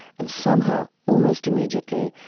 and somehow, almost immediately,